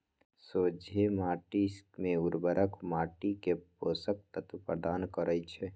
सोझें माटी में उर्वरक माटी के पोषक तत्व प्रदान करै छइ